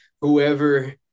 Whoever